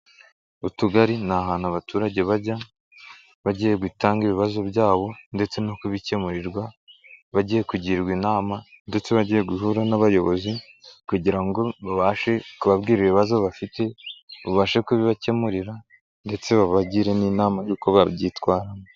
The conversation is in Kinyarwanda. Utugari ni ahantu abaturage bajya, bagiye gutanga ibibazo byabo ndetse no kubikemurirwa, bagiye kugirwa inama, ndetse bagiye guhura n'abayobozi, kugira ngo babashe kubabwira ibibazo bafite, babashe kubibakemurira, ndetse babagire n'inama yuko babyitwaramo.